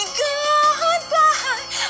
goodbye